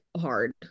hard